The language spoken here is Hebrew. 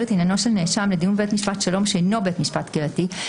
את עניינו של נאשם לדיון בבית משפט שלום שאינו בית משפט קהילתי,